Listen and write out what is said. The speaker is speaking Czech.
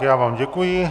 Já vám děkuji.